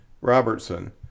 Robertson